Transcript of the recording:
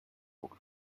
walked